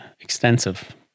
extensive